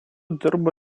dirba